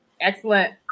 Excellent